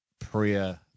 prayer